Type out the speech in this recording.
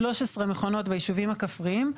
13 מכונות ביישובים הכפריים,